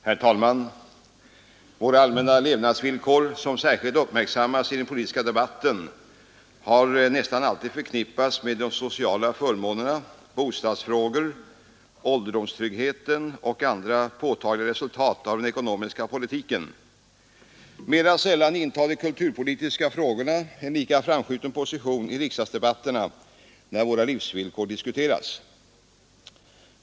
Herr talman! Våra allmänna levnadsvillkor — som särskilt uppmärksammas i den politiska debatten — har nästan alltid förknippats med sociala förmåner, bostadsfrågor, ålderdomstrygghet och andra påtagliga resultat av den ekonomiska politiken. Mera sällan intar de kulturpolitiska frågorna en lika framskjuten position i riksdagsdebatterna när våra livsvillkor diskuteras.